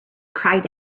cried